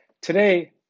Today